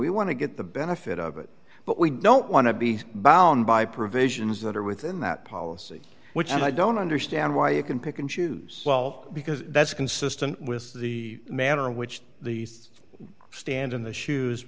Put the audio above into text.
we want to get the benefit of it but we don't want to be bound by provisions that are within that policy which i don't understand why you can pick and choose well because that's consistent with the manner in which the stand in the shoes